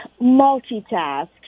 multitask